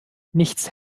nichts